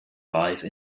life